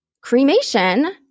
Cremation